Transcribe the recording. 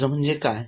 कर्ज म्हणजे काय